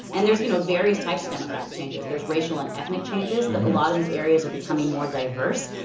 and there's, you know, various types of demographic changes. there's racial and ethnic changes a lot of these areas are becoming more diverse.